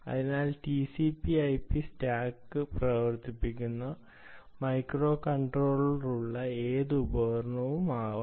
അതിനാൽ TCP IP stack പ്രവർത്തിക്കുന്ന microcontroller ഉള്ള ഏത് ഉപകരണവും ആവാം